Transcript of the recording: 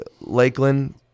Lakeland